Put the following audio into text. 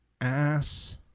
ass